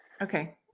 Okay